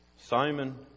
Simon